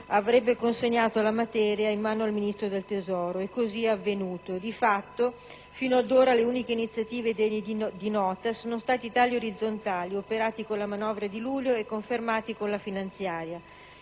avrebbe consegnato la materia in mano al Ministro dell'economia e così è avvenuto. Di fatto, fino ad ora, le uniche iniziative degne di nota sono state i tagli orizzontali operati con la manovra di luglio e confermati con il disegno di